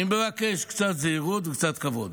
אני מבקש קצת זהירות וקצת כבוד.